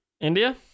India